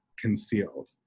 concealed